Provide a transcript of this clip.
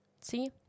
See